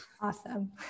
Awesome